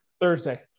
Thursday